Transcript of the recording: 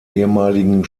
ehemaligen